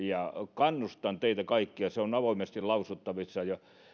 kannustan teitä kaikkia se on avoimesti lausuttavissa